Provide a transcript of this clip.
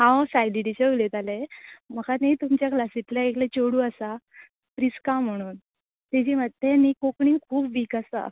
हांव सायली टिच उलयतालें म्हाका न्ही तुमच्या क्लासीतलें एकलें चोडूं आसा प्रिस्का म्हुणून तेजी मा तें न्ही कोंकणीन खूब वीक आसा